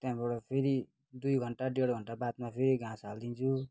त्यहाँबाट फेरि दुई घन्टा डेड घन्टा बादमा फेरि घाँस हालिदिन्छु